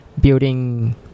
building